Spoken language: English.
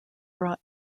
brought